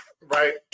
Right